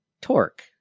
torque